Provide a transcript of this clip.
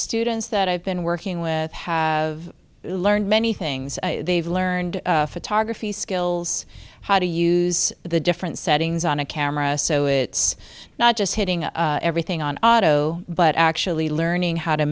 students that i've been working with have learned many things they've learned photography skills how to use the different settings on a camera so it's not just hitting everything on auto but actually learning how to